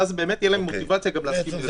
ואז באמת תהיה להם באמת מוטיבציה גם להסכים לזה.